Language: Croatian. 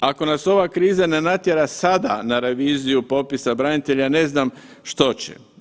Ako nas ova kriza ne natjera sada na reviziju popisa branitelja ne znam što će.